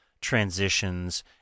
transitions